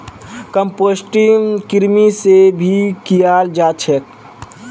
composting कृमि से भी कियाल जा छे